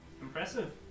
Impressive